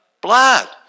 blood